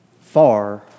far